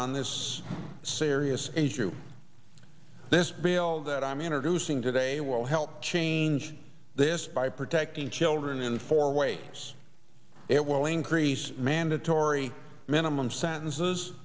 on this serious injury this bill that i'm introducing today will help change this by protecting children in four ways it will increase mandatory minimum sentences